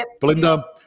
Belinda